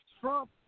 Trump